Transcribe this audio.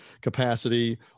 capacity